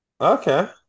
Okay